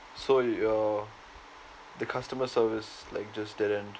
so your the customer service like just didn't